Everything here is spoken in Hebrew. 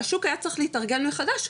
השוק היה צריך להתארגן מחדש,